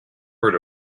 heard